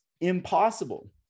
impossible